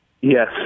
Yes